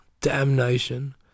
damnation